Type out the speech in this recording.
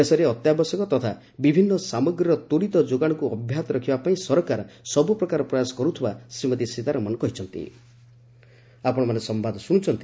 ଦେଶରେ ଅତ୍ୟାବଶ୍ୟକ ତଥା ବିଭିନ୍ନ ସାମଗ୍ରୀର ତ୍ୱରିତ ଯୋଗାଣକୁ ଅବ୍ୟାହତ ରଖିବା ପାଇଁ ସରକାର ସବୁପ୍ରକାର ପ୍ରୟାସ କରୁଥିବା ଶ୍ରୀମତୀ ସୀତାରମଣ କହିଚ୍ଚନ୍ତି